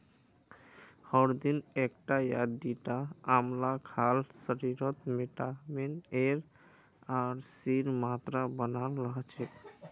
हर दिन एकटा या दिता आंवला खाल शरीरत विटामिन एर आर सीर मात्रा बनाल रह छेक